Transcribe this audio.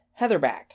heatherback